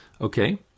Okay